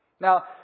Now